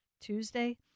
Tuesday